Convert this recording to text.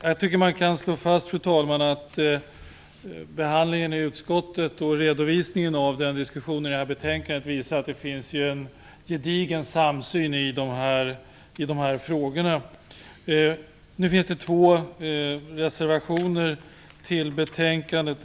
Jag tycker att man kan slå fast att behandlingen i utskottet och redovisningen av den diskussionen i betänkandet visar att det finns en gedigen samsyn i de här frågorna. Det finns två reservationer till betänkandet.